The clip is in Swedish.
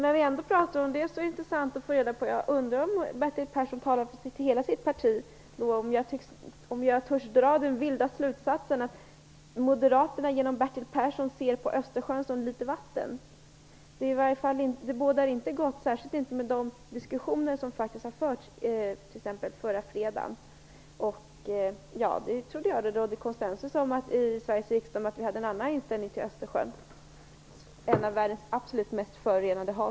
När vi ändå pratar om det, vore det intressant att få veta om Bertil Persson talar för hela sitt parti, om jag törs dra den vilda slutsatsen att Moderaterna genom Bertil Persson ser på Östersjön som litet vatten. Det bådar inte gott, särskilt inte efter de diskussioner som har förts, t.ex. förra fredagen. Jag trodde att det i Sveriges riksdag rådde konsensus om att vi hade en annan inställning till Östersjön - för övrigt ett av världens absolut mest förorenade hav.